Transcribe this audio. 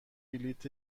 بلیط